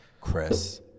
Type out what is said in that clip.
chris